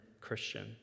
Christian